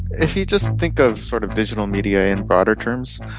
if you just think of sort of digital media in broader terms,